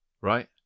right